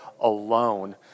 alone